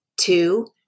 Two